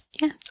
Yes